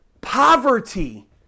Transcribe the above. poverty